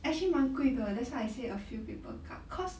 actually 蛮贵的 that's why I say a few people cut cause